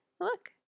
look